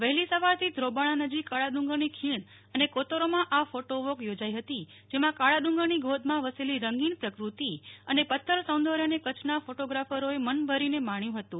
વહેલી સવારથી જ ધ્રોબાણા નજીક કાળાડુંગરની ખીણ અને કોતરોમાં આ ફોટોવોક યોજાઈ હતી જેમાં કાળાડુંગરની ગોદમાં વસેલી રંગીન પ્રકૃતિ અને પથ્થર સૌંદર્યને કચ્છના ફોટોગ્રાફરોએ મનભરીને માપ્યું હતું